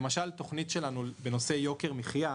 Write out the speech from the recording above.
למשל, תוכנית שלנו בנושא יוקר מחייה